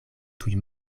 tuj